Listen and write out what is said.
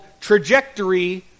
trajectory